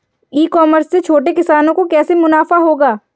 ई commerce से छोटे किसानों को कैसे मुनाफा होगा?